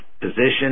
position